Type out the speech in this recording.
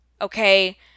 Okay